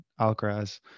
Alcaraz